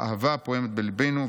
באהבה הפועמת בליבנו,